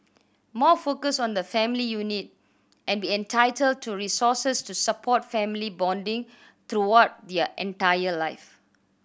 more focus on the family unit and be entitled to resources to support family bonding throughout their entire life